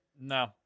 No